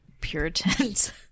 puritans